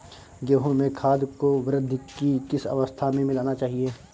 गेहूँ में खाद को वृद्धि की किस अवस्था में मिलाना चाहिए?